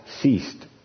Ceased